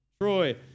Troy